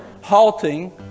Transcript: halting